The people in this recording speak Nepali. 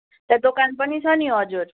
त्यहाँ दोकान पनि छ नि हजुर